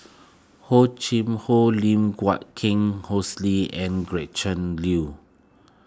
Hor Chim Hor Lim Guat Kheng Hosie and Gretchen Liu